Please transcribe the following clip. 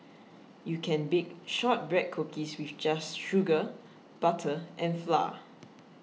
you can bake Shortbread Cookies with just sugar butter and flour